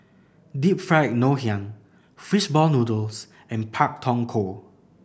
Deep Fried Ngoh Hiang fish ball noodles and Pak Thong Ko